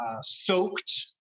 soaked